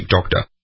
doctor